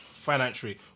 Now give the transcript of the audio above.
financially